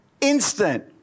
instant